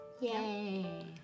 Yay